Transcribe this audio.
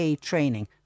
training